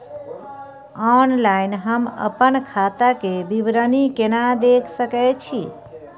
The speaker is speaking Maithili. ऑनलाइन हम अपन खाता के विवरणी केना देख सकै छी?